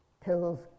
pills